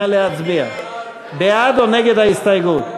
נא להצביע, בעד או נגד ההסתייגות.